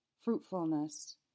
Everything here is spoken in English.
Fruitfulness